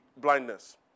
blindness